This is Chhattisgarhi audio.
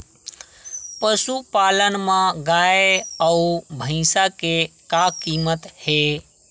पशुपालन मा गाय अउ भंइसा के का कीमत हे?